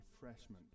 refreshment